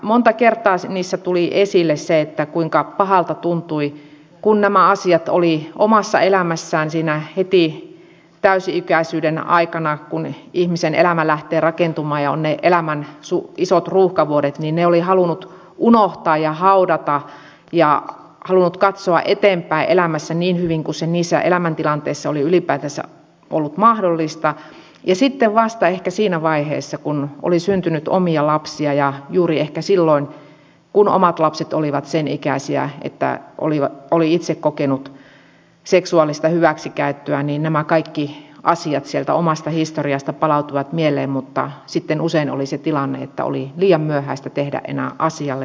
monta kertaa niissä tuli esille se kuinka pahalta tuntui kun nämä asiat oli omassa elämässään siinä heti täysi ikäisyyden aikana kun ihmisen elämä lähtee rakentumaan ja ovat ne elämän isot ruuhkavuodet halunnut unohtaa ja haudata ja halunnut katsoa eteenpäin elämässä niin hyvin kuin se niissä elämäntilanteissa oli ylipäätänsä ollut mahdollista ja vasta ehkä siinä vaiheessa kun oli syntynyt omia lapsia ja juuri ehkä silloin kun omat lapset olivat sen ikäisiä että oli itse kokenut seksuaalista hyväksikäyttöä nämä kaikki asiat sieltä omasta historiasta palautuivat mieleen mutta sitten usein oli se tilanne että oli liian myöhäistä tehdä enää asialle mitään